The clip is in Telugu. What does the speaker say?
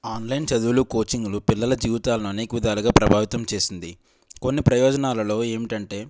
ఆన్లైన్ చదువులు కోచింగులు పిల్లల జీవితాలను అనేక విధాలుగా ప్రభావితం చేసింది కొన్ని ప్రయోజనాలలో ఏమిటంటే